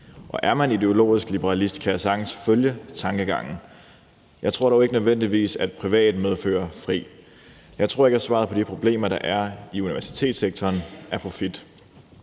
Og er man ideologisk liberalist, kan jeg sagtens følge tankegangen. Jeg tror dog ikke nødvendigvis, at privat medfører frit. Jeg tror ikke, at svaret på de problemer, der er i universitetssektoren, er profit.